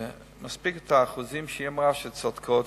ומספיק האחוזים שהיא אמרה של תלונות צודקות,